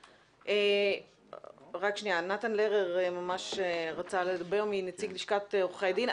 לפני כן נתן לרר מלשכת עורכי הדין.